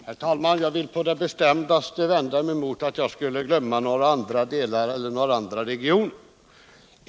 Herr talman! Jag vill på det bestämdaste vända mig mot påståendet att jag skulle glömma andra regioner.